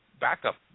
backup